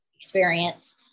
experience